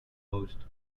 host